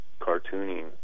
cartooning